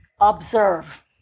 Observe